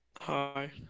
hi